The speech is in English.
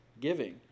giving